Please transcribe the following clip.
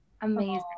Amazing